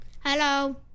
Hello